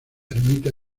ermita